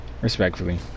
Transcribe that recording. Respectfully